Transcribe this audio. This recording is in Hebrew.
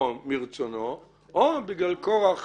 או מרצונו או בגלל כורח